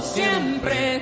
siempre